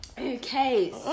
Okay